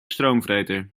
stroomvreter